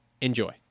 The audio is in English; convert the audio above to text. Enjoy